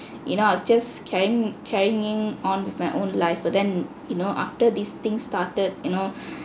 you know I was just carrying carrying on with my own life but then you know after these things started you know